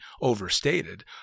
overstated